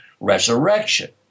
resurrection